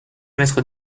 mètres